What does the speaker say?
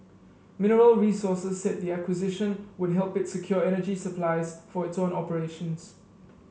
Mineral Resources said the acquisition would help it secure energy supplies for its own operations